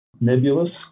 nebulous